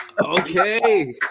Okay